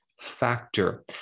factor